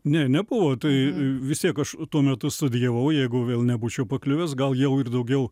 ne nebuvo tai vis tiek aš tuo metu studijavau jeigu vėl nebūčiau pakliuvęs gal jau ir daugiau